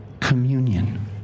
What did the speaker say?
communion